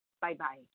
Bye-bye